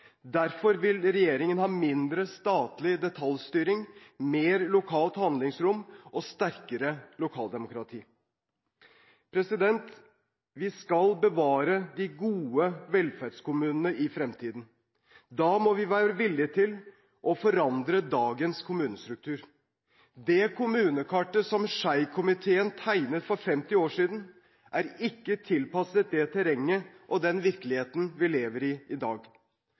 Derfor vil regjeringen ha mindre statlig detaljstyring, mer lokalt handlingsrom og sterkere lokaldemokrati. Vi skal bevare de gode velferdskommunene i fremtiden. Da må vi være villige til å forandre dagens kommunestruktur. Det kommunekartet som Schei-komiteen tegnet for 50 år siden, er ikke tilpasset det terrenget og den virkeligheten vi lever i i dag.